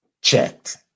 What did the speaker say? checked